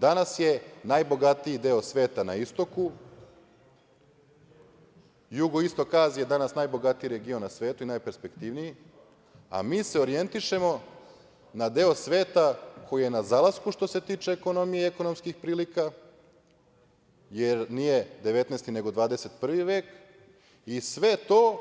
Danas je najbogatiji deo sveta na istoku, jugoistok Azije danas najbogatiji region na svetu i najperspektivniji, a mi se orijentišemo na deo sveta koji je na zalasku što se tiče ekonomije i ekonomskih prilika, jer nije 19. nego 21. vek i sve to